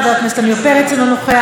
חבר הכנסת עמיר פרץ אינו נוכח,